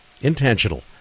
intentional